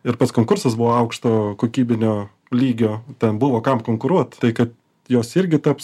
ir pats konkursas buvo aukšto kokybinio lygio ten buvo kam konkuruot tai kad jos irgi taps